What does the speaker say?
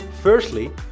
Firstly